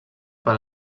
per